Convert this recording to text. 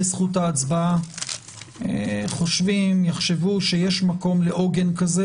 זכות ההצבעה חושבים או יחשבו שיש מקום לעוגן כזה.